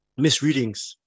misreadings